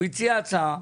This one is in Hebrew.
הוא הציע הצעה.